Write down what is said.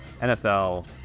NFL